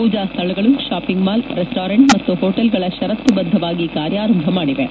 ಪೂಜಾ ಸ್ಥಳಗಳು shopping mall restaurant ಮತ್ತು ಹೋಟೆಲ್ಗಳ ಪರತ್ತುಬದ್ದವಾಗಿ ಕಾರ್ಯಾರಂಭ ಮಾಡಿವೆ